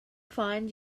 find